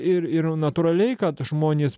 ir ir natūraliai kad žmonės